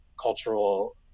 cultural